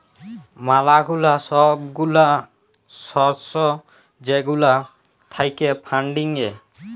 ম্যালা গুলা সব গুলা সর্স যেগুলা থাক্যে ফান্ডিং এ